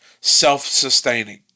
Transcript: self-sustaining